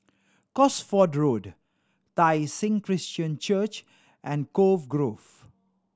Cosford Road Tai Seng Christian Church and Cove Grove